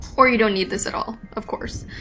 or you don't need this at all, of course.